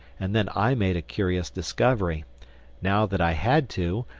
and then i made a curious discovery now that i had to,